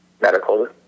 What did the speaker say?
medical